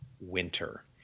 winter